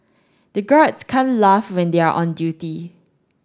the guards can't laugh when they are on duty